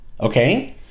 okay